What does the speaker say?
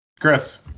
Chris